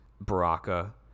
Baraka